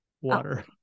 Water